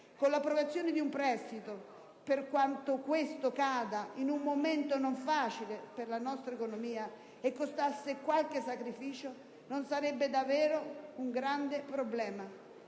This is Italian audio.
con l'approvazione di un prestito, per quanto questo cada in un momento non facile per la nostra economia e costasse qualche sacrificio, non sarebbe davvero un grande problema.